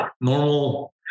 normal